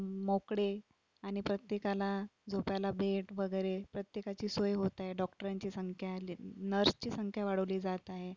मोकळे आणि प्रत्येकाला झोपायला बेड वगैरे प्रत्येकाची सोय होत आहे डॉक्टरांची संख्या ले नर्सची संख्या वाढवली जात आहे